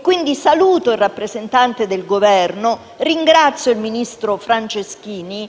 quindi, il rappresentante del Governo e ringrazio il ministro Franceschini.